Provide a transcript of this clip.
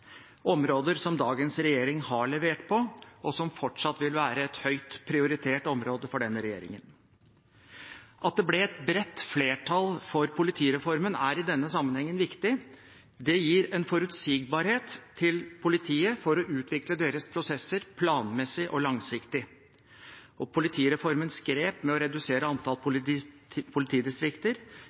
områder som dagens regjering har levert på, og som fortsatt vil være et høyt prioritert område for denne regjeringen. At det ble et bredt flertall for politireformen, er i denne sammenhengen viktig. Det gir politiet forutsigbarhet til å utvikle sine prosesser planmessig og langsiktig. Og politireformens grep med å redusere antallet politidistrikter